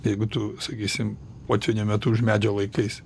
jeigu tu sakysim potvynio metu už medžio laikaisi